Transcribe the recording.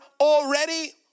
already